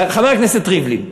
חבר הכנסת ריבלין,